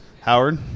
Howard